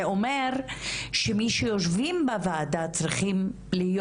זה אומר שמי שיושבים בוועדה צריכים להיות